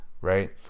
right